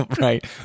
right